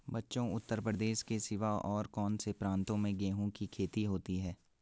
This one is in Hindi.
बच्चों उत्तर प्रदेश के सिवा और कौन से प्रांतों में गेहूं की खेती होती है?